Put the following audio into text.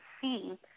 see